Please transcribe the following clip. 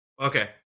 okay